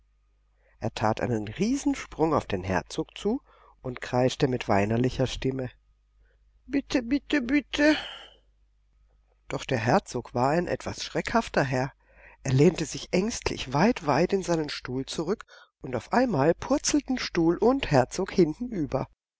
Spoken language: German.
er tat einen riesensprung auf den herzog zu und kreischte mit weinerlicher stimme bitte bitte bitte doch der herzog war ein etwas schreckhafter herr er lehnte sich ängstlich weit weit in seinen stuhl zurück und auf einmal purzelten stuhl und herzog